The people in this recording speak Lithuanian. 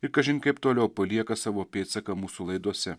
ir kažin kaip toliau palieka savo pėdsaką mūsų laidose